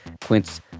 Quince